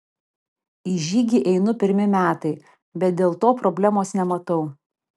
į žygį einu pirmi metai bet dėl to problemos nematau